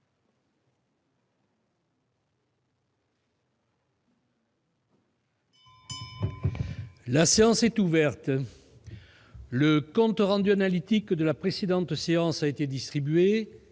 La séance est ouverte.. Le compte rendu analytique de la précédente séance a été distribué.